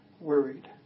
worried